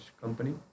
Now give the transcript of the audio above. company